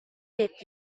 did